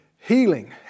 Healing